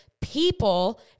people